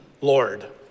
Lord